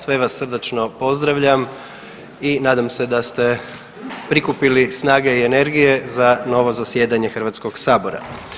Sve vas srdačno pozdravljam i nadam se da ste prikupili snage i energije za novo zasjedanje Hrvatskog sabora.